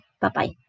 Bye-bye